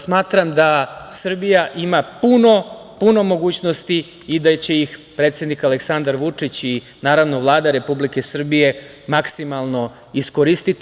Smatram da Srbija ima puno mogućnosti i da će ih predsednik Aleksandar Vučić i naravno Vlada Republike Srbije, maksimalno iskoristi.